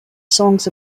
songs